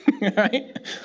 Right